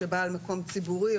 שבעל מקום ציבורי,